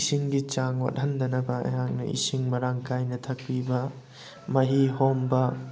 ꯏꯁꯤꯡꯒꯤ ꯆꯥꯡ ꯋꯥꯠꯍꯟꯗꯅꯕ ꯑꯩꯍꯥꯛꯅ ꯏꯁꯤꯡ ꯃꯔꯥꯡ ꯀꯥꯏꯅ ꯊꯛꯄꯤꯕ ꯃꯍꯤ ꯍꯣꯝꯕ